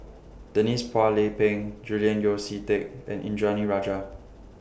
Denise Phua Lay Peng Julian Yeo See Teck and Indranee Rajah